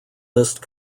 list